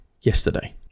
yesterday